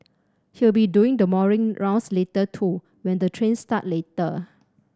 he'll be doing the morning rounds later too when the trains start later